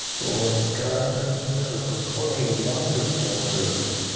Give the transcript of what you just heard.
boy god does miracles. what a wonderful miracle.